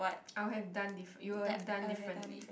I would have done diff~ you would have done differently